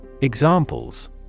Examples